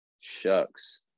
Shucks